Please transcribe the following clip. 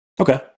Okay